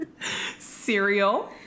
Cereal